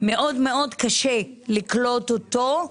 מאוד מאוד קשה לקלוט אותו,